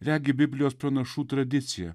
regi biblijos pranašų tradiciją